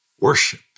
Worship